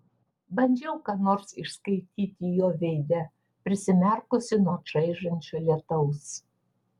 bandžiau ką nors išskaityti jo veide prisimerkusi nuo čaižančio lietaus